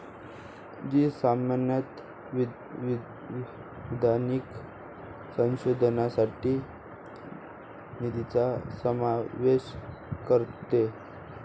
जी सामान्यतः वैज्ञानिक संशोधनासाठी निधीचा समावेश करते